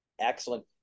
Excellent